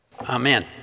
Amen